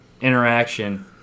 interaction